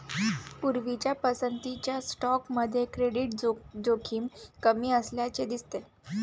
पूर्वीच्या पसंतीच्या स्टॉकमध्ये क्रेडिट जोखीम कमी असल्याचे दिसते